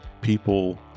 people